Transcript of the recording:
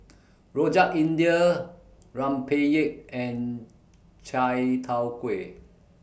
Rojak India Rempeyek and Chai Tow Kway